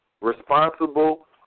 responsible